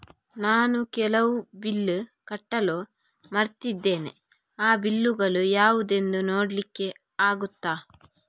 ನಾನು ಕೆಲವು ಬಿಲ್ ಕಟ್ಟಲು ಮರ್ತಿದ್ದೇನೆ, ಆ ಬಿಲ್ಲುಗಳು ಯಾವುದೆಂದು ನೋಡ್ಲಿಕ್ಕೆ ಆಗುತ್ತಾ?